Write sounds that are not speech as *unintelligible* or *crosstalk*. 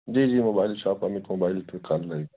جی جی mobile shop Amit mobile پہ کال *unintelligible*